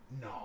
No